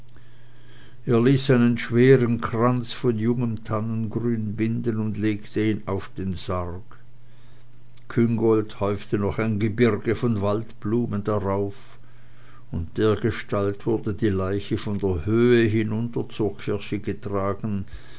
einen schweren kranz von jungem tannengrün binden und legte ihn auf den sarg küngolt häufte noch ein gebirg von waldblumen darauf und dergestalt wurde die leiche von der höhe hinunter zur kirche getragen